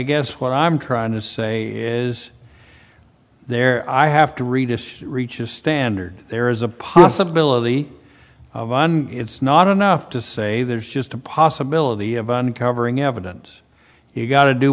guess what i'm trying to say is there i have to read a reach a standard there is a possibility of an it's not enough to say there's just a possibility of uncovering evidence you've got to do